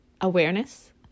awareness